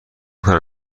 کنم